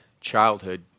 childhood